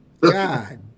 God